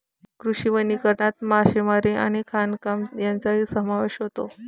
कृषी वनीकरणात मासेमारी आणि खाणकाम यांचाही समावेश होतो